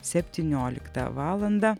septynioliktą valandą